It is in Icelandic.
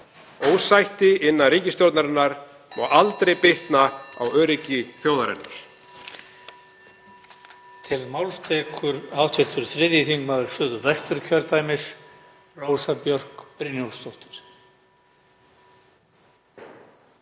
Ósætti innan ríkisstjórnarinnar má aldrei bitna á öryggi þjóðarinnar.